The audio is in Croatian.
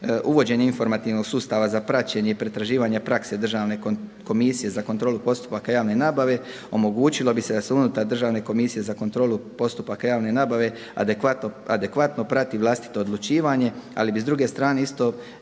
Uvođenje informativnog sustava za praćenje i pretraživanje prakse Državne komisije za kontrolu postupaka javne nabave omogućilo bi se da se unutar Državne komisije za kontrolu postupaka javne nabave adekvatno prati vlastito odlučivanje, ali bi s druge strane isto